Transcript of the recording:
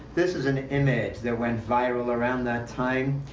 this is an image that went viral around that time,